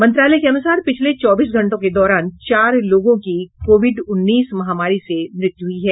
मंत्रालय के अनुसार पिछले चौबीस घंटों के दौरान चार लोगों की कोविड उन्नीस महामारी से मृत्यु हुई है